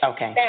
Okay